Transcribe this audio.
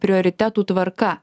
prioritetų tvarka